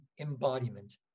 embodiment